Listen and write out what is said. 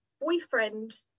boyfriend